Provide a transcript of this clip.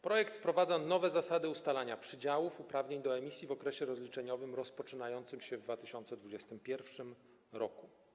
Projekt wprowadza nowe zasady ustalania przydziałów uprawnień do emisji w okresie rozliczeniowym rozpoczynającym się w 2021 r.